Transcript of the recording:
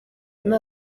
nta